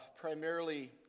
primarily